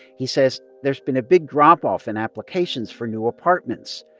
he says there's been a big drop-off in applications for new apartments.